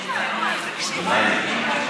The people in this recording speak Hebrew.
כפיים.